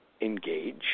engage